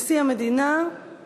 הצעת חוק-יסוד: נשיא המדינה (תיקון,